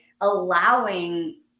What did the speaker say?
allowing